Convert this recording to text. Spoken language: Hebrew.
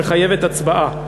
מחייבת הצבעה.